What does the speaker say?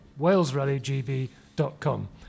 WalesRallyGB.com